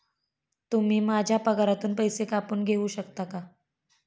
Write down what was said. तुम्ही माझ्या पगारातून पैसे कापून घेऊ शकता का?